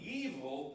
evil